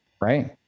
right